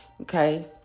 okay